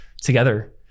together